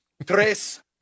Tres